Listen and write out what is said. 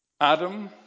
Adam